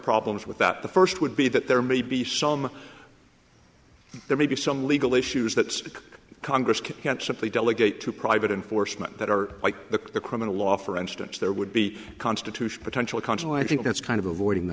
problems with that the first would be that there may be some there may be some legal issues that congress can't simply delegate to private enforcement that are like the criminal law for instance there would be a constitution potential consul i think that's kind of avoiding the